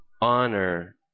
honor